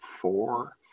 four